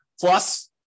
plus